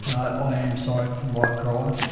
i am sorry for my crime.